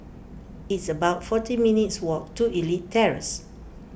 it's about forty minutes' walk to Elite Terrace